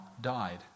died